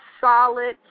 solid